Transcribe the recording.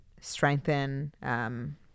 strengthen